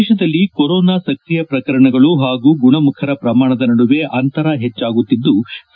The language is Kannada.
ದೇಶದಲ್ಲಿ ಕೊರೋನಾ ಸಕ್ರಿಯ ಪ್ರಕರಣಗಳು ಹಾಗೂ ಗುಣಮುಖರ ಪ್ರಮಾಣದ ನಡುವೆ ಅಂತರ ಹೆಚ್ಚಾಗುತ್ತಿದ್ಲು